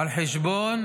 על חשבון